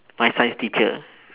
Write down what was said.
my science teacher